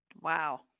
Wow